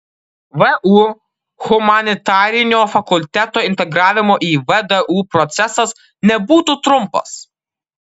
vu humanitarinio fakulteto integravimo į vdu procesas nebūtų trumpas